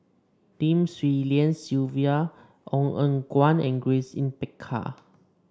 Lim Swee Lian Sylvia Ong Eng Guan and Grace Yin Peck Ha